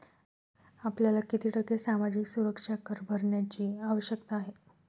आपल्याला किती टक्के सामाजिक सुरक्षा कर भरण्याची आवश्यकता आहे?